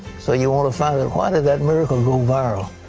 so you want to find out why did that miracle